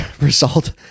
result